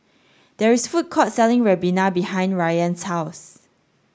there is a food court selling Ribena behind Rayan's house